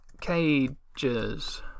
cages